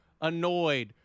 annoyed